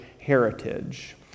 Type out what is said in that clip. heritage